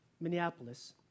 Minneapolis